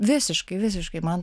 visiškai visiškai man